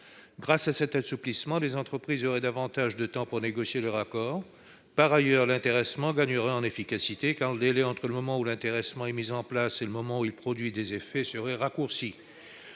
Grâce à cet assouplissement, les entreprises auraient davantage de temps pour négocier leurs accords. Par ailleurs, l'intéressement gagnerait en efficacité, car le délai entre le moment où l'intéressement est mis en place et celui où il produit des effets serait raccourci.